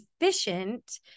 efficient